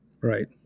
Right